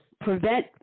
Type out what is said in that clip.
prevent